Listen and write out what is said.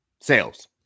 Sales